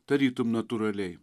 tarytum natūraliai